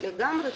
לגמרי,